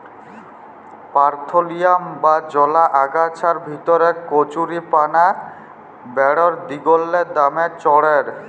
parthenium বা জলা আগাছার ভিতরে কচুরিপানা বাঢ়্যের দিগেল্লে দমে চাঁড়ের